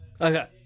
okay